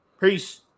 Peace